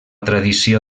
tradició